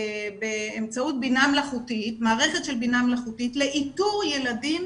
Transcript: באמצעות בינה מלאכותית מערכת של בינה מלאכותית לאיתור ילדים